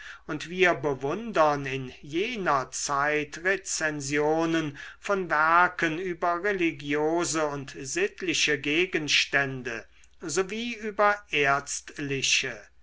und wir bewundern in jener zeit rezensionen von werken über religiose und sittliche gegenstände sowie über ärztliche